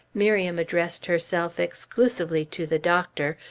miriam addressed herself exclusively to the doctor,